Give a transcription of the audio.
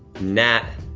nat,